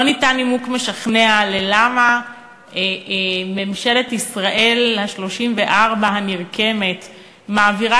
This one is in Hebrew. לא ניתן נימוק משכנע למה ממשלת ישראל ה-34 הנרקמת מעבירה